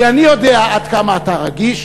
כי אני יודע עד כמה אתה רגיש.